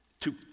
Two